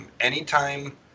anytime